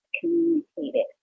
communicated